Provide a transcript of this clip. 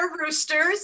roosters